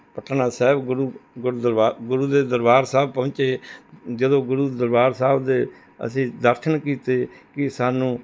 ਪਟਨਾ ਸਾਹਿਬ ਗੁਰੂ ਗੁਰੂ ਦਰਬਾਰ ਗੁਰੂ ਦੇ ਦਰਬਾਰ ਸਾਹਿਬ ਪਹੁੰਚੇ ਜਦੋਂ ਗੁਰੂ ਦਰਬਾਰ ਸਾਹਿਬ ਦੇ ਅਸੀਂ ਦਰਸ਼ਨ ਕੀਤੇ ਕਿ ਸਾਨੂੰ